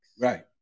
Right